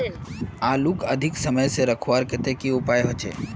आलूक अधिक समय से रखवार केते की उपाय होचे?